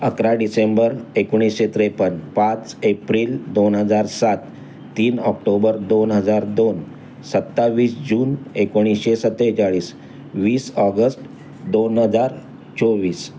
अकरा डिसेंबर एकोणीसशे त्रेपन्न पाच एप्रिल दोन हजार सात तीन ऑक्टोबर दोन हजार दोन सत्तावीस जून एकोणीसशे सत्तेचाळीस वीस ऑगस्ट दोन हजार चोवीस